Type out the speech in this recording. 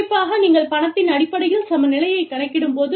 குறிப்பாக நீங்கள் பணத்தின் அடிப்படையில் சமநிலையைக் கணக்கிடும்போது